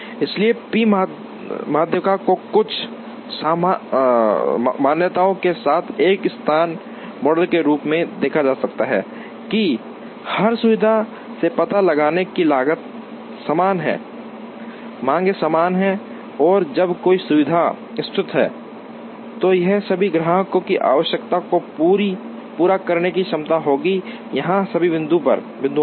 इसलिए पी माध्यिका को कुछ मान्यताओं के साथ एक स्थान मॉडल के रूप में देखा जा सकता है कि हर सुविधा में पता लगाने की लागत समान है मांगें समान हैं और जब कोई सुविधा स्थित है तो यह सभी ग्राहकों की आवश्यकताओं को पूरा करने की क्षमता होगी या सभी बिंदुओं पर